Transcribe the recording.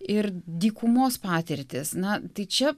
ir dykumos patirtys na tai čia